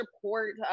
support